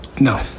No